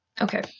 Okay